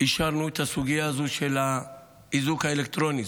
אישרנו את הסוגיה הזאת של האיזוק האלקטרוני.